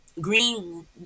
green